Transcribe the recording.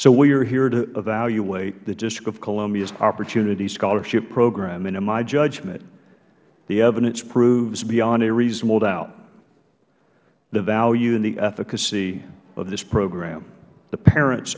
so we are here to evaluate the district of columbia's opportunity scholarship program and in my judgment the evidence proves beyond a reasonable doubt the value and the efficacy of this program the parents